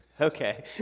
Okay